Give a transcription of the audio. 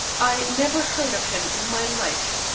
i never heard of him in my life.